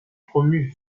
promu